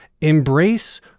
embrace